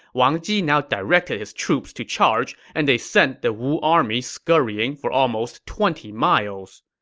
wang ji now directed his troops to charge, and they sent the wu army scurrying for almost twenty miles.